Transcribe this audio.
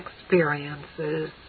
experiences